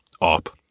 op